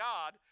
God